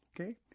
Okay